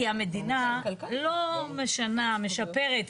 כי המדינה לא משנה, משפרת.